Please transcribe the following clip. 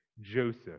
joseph